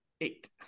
eight